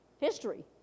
history